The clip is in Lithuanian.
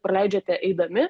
praleidžiate eidami